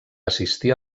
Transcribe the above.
assistir